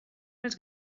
més